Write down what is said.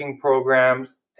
programs